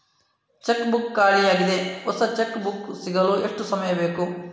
Check book ಖಾಲಿ ಯಾಗಿದೆ, ಹೊಸ ಚೆಕ್ ಬುಕ್ ಸಿಗಲು ಎಷ್ಟು ಸಮಯ ಬೇಕು?